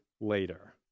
later